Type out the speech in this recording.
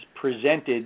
presented